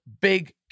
big